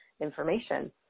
information